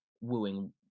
wooing